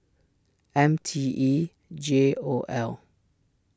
M T E J O L